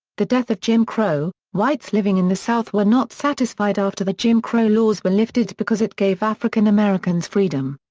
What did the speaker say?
the death of jim crow whites living in the south were not satisfied after the jim crow laws were lifted because it gave african americans freedom.